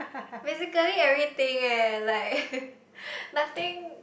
basically everything eh like nothing